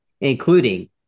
Including